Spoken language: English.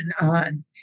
on